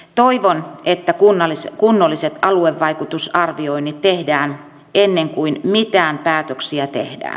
toivon että kunnolliset aluevaikutusarvioinnit tehdään ennen kuin mitään päätöksiä tehdään